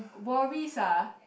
worries ah